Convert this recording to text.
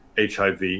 HIV